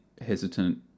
hesitant